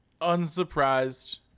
Unsurprised